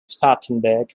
spartanburg